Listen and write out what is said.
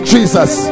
Jesus